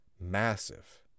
massive